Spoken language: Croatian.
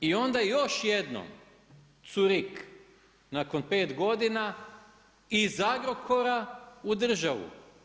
I onda još jednom zürick, nakon pet godina iz Agrokora u državu.